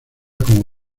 como